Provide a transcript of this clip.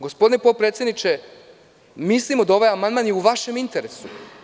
Gospodine potpredsedniče, mislimo da je ovaj amandman u vašem interesu.